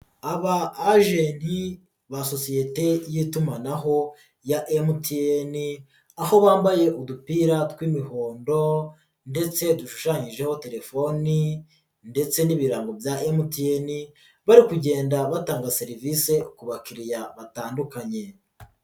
Aba agenti ba sosiyete y'itumanaho ya mtn aho bambaye udupira tw'imihondo ndetse dushushanyijeho terefoni ndetse n'ibirango bya mtn bari kugenda batanga serivisi ku bakiriya batandukanye.